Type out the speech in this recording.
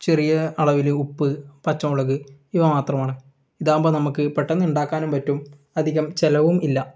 ചെറിയ അളവിൽ ഉപ്പ് പച്ചമുളക് ഇവ മാത്രമാണ് ഇതാകുമ്പോൾ നമുക്ക് പെട്ടെന്നുണ്ടാക്കാനും പറ്റും അധികം ചിലവും ഇല്ല